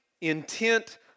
intent